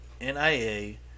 N-I-A